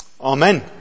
Amen